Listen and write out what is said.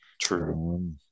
True